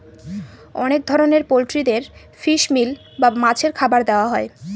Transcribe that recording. অনেক ধরনের পোল্ট্রিদের ফিশ মিল বা মাছের খাবার দেওয়া হয়